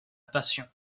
passion